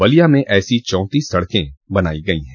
बलिया में ऐसी चौतीस सड़के बनायी गयी हैं